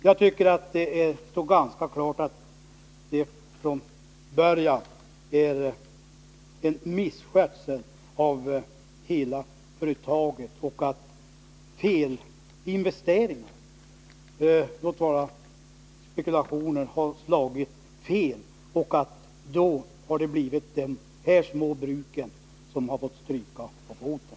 Jag tycker det är ganska klart att det från början varit fråga om en misskötsel av hela företaget och att felinvesteringar — eller felslagna spekulationer — har lett till att de här små bruken har fått stryka på foten.